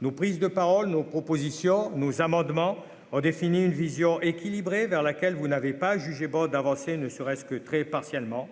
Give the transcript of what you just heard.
nos prises de paroles, nos propositions, nos amendements ont défini une vision équilibrée vers laquelle vous n'avez pas jugé bon d'avancer, ne serait-ce que très partiellement